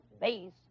base